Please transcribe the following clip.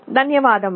ధన్యవాదాలు